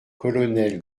colonel